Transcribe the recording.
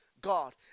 God